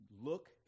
look